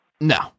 No